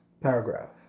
Paragraph